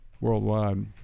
worldwide